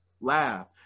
Laugh